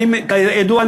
כידוע,